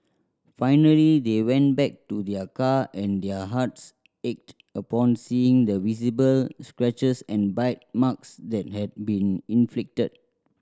finally they went back to their car and their hearts ached upon seeing the visible scratches and bite marks that had been inflicted